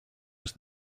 was